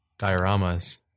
dioramas